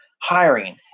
hiring